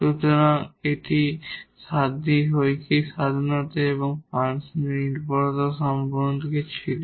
সুতরাং এটি linear independent এবং ফাংশনের নির্ভরতা সম্পর্কে ছিল